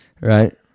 right